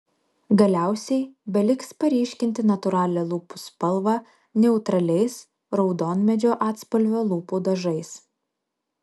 galiausiai beliks paryškinti natūralią lūpų spalvą neutraliais raudonmedžio atspalvio lūpų dažais